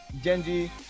Genji